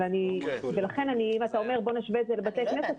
אם אתה אומר שנשווה את זה לבתי הכנסת,